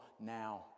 now